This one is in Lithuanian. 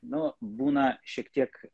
nu būna šiek tiek